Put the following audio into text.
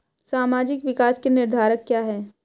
सामाजिक विकास के निर्धारक क्या है?